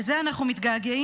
לזה אנחנו מתגעגעים?